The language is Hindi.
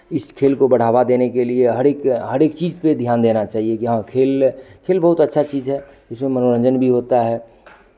इस खेल को बढ़ावा देने के लिए हरेक हरेक चीज़ पे ध्यान देना चहिए कि हाँ खेल खेल बहुत अच्छा चीज़ है इसमें मनोरंजन भी होता है